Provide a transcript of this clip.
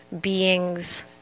beings